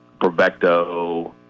Provecto